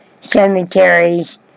cemeteries